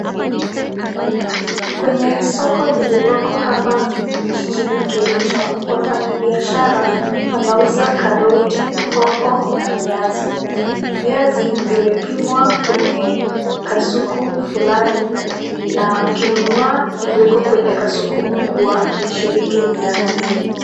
Kwenye soko lililoko hapa jijini Kericho, wafanyibiashara wanauza karoti, hoho na viazi. Viazi vimepimwa kwenye kasuku fulani na ukinunua ilioko kwenye kasuku kubwa ni shilingi mianne.